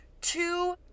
two